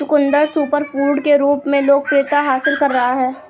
चुकंदर सुपरफूड के रूप में लोकप्रियता हासिल कर रहा है